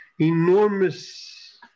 Enormous